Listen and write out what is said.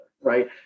right